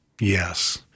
Yes